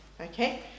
Okay